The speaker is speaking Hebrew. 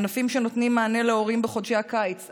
ענפים שנותנים מענה להורים בחודשי הקיץ,